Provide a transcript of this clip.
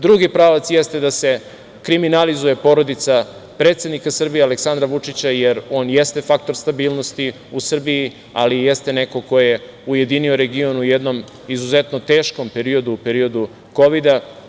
Drugi pravac jeste da se kriminalizuje porodica predsednika Srbije Aleksandra Vučića, jer on jeste faktor stabilnosti u Srbiji, ali i jeste neko ko je ujedinio region u jednom izuzetno teškom periodu, periodu kovida.